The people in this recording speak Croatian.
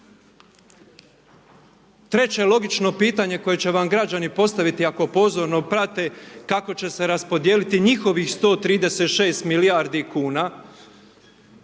Treće logično pitanje koje će vam građani postaviti ako pozorno prate, kako će se raspodijeliti njihovih 136 milijardi kuna.